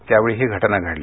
त्यावेळी ही घटना घडली